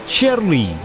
Shirley